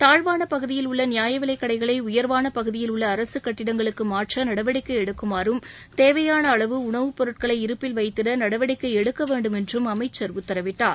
தாழ்வான பகுதியில் உள்ள நியாயவிலைக் கடைகளை உயர்வான பகுதியில் உள்ள அரசு கட்டிடங்களுக்கு மாற்ற நடவடிக்கை எடுக்குமாறும் தேவையான அளவு உணவுப் பொருட்களை இருப்பில் வைத்திட நடவடிக்கை எடுக்க வேண்டும் என்றும் அமைச்சர் உத்தரவிட்டார்